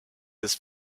his